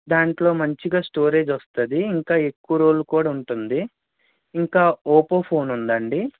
దాంట్లో మంచిగా స్టోరేజ్ వస్తుంది ఇంకా ఎక్కువ రోజులు కూడా ఉంటుంది ఇంకా ఒప్పో ఫోన్ ఉందండి